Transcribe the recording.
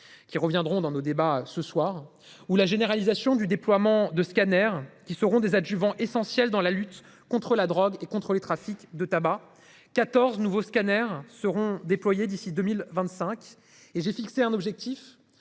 qui reviendront dans nos débats ce soir ou la généralisation du déploiement de scanners qui seront des adjuvants essentiel dans la lutte contre la drogue et contre les trafics de tabac 14 nouveaux scanners seront déployés d'ici 2025 et j'ai fixé un objectif